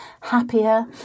happier